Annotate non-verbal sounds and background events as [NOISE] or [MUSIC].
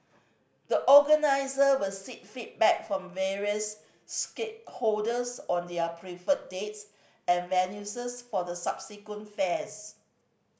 the organiser will seek feedback from various stakeholders on their preferred dates and [UNINTELLIGIBLE] for the subsequent fairs